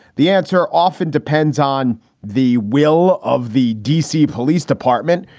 the answer often depends on the will of the d c. police department.